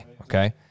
okay